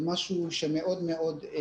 זה משהו ששינה מאוד-מאוד.